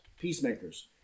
peacemakers